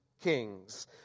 kings